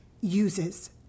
uses